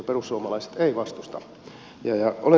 perussuomalaiset ei vastusta